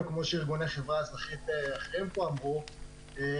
כמו שארגונים חברתיים אחרים העלו כאן.